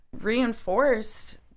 reinforced